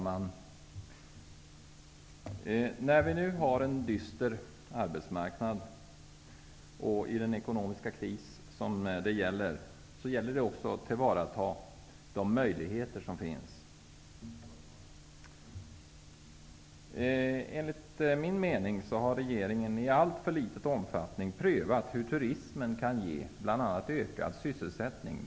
Herr talman! Med den dystra arbetsmarknad och den ekonomiska kris som vi har, gäller det att tillvarata de möjligheter som finns. Enligt min mening har regeringen i alltför liten omfattning prövat huruvida turismen t.ex. kan ge ökad sysselsättning.